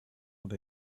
with